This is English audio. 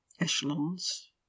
Echelons